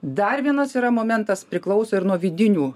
dar vienas yra momentas priklauso ir nuo vidinių